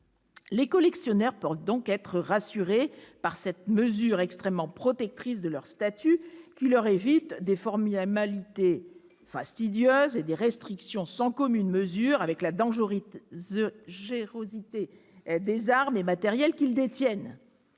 Les collectionneurs peuvent donc être rassurés par cette mesure extrêmement protectrice de leur statut, qui leur évite des formalités fastidieuses et des restrictions sans commune mesure avec la dangerosité des armes et matériels qu'ils détiennent.